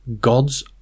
God's